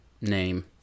name